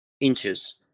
inches